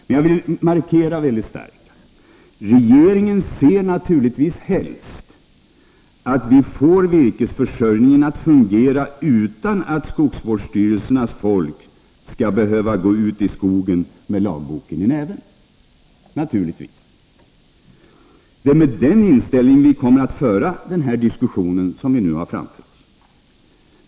Men jag vill mycket starkt markera att regeringen naturligtvis helst ser att vi får virkesförsörjningen att fungera utan att skogsvårdsstyrelsernas folk skall behöva gå ut i skogen med lagboken i näven. Det är med den inställningen vi kommer att föra den diskussion som vi nu har framför oss.